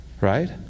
right